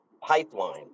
pipeline